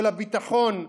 של הביטחון,